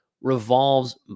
revolves